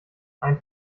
ein